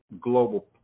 global